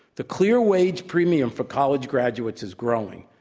the clear way to premium for college graduates is growing.